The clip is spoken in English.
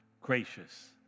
gracious